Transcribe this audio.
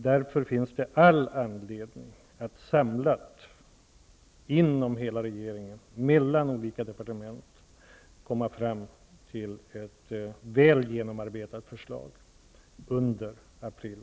Därför finns det all anledning att samlat inom regeringen mellan olika departement försöka komma fram till ett väl genomarbetat förslag under april.